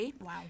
Wow